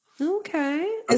Okay